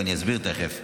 ותכף אסביר.